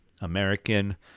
American